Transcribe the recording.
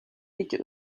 гэж